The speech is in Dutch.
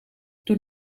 toen